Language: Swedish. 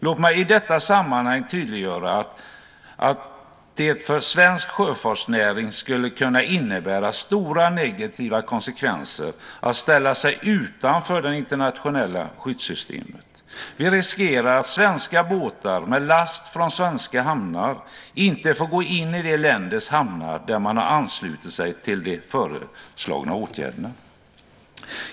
Låt mig i detta sammanhang tydliggöra att det för svensk sjöfartsnäring skulle kunna innebära stora negativa konsekvenser att ställa sig utanför det internationella skyddssystemet. Vi riskerar att svenska båtar med last från svenska hamnar inte får gå in i de länders hamnar där man har anslutit sig till de föreslagna åtgärderna.